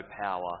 power